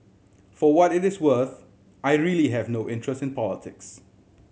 for what it is worth I really have no interest in politics